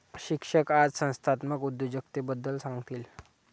शिक्षक आज संस्थात्मक उद्योजकतेबद्दल सांगतील